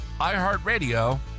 iHeartRadio